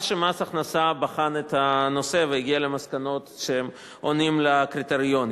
שמס הכנסה בחן את הנושא והגיע למסקנות שהם עונים לקריטריונים.